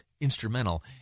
instrumental